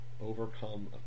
overcome